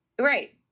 Right